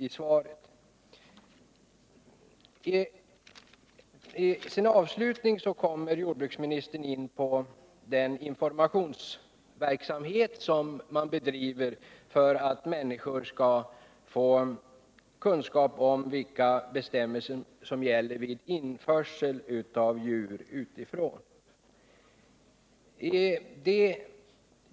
I sin avslutning kommer jordbruksministern in på den informationsverksamhet som bedrivs för att människor skall få kunskap om vilka bestämmelser som gäller vid införsel av djur från andra